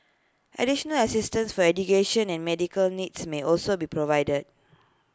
additional assistance for education and medical needs may also be provided